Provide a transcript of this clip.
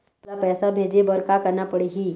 मोला पैसा भेजे बर का करना पड़ही?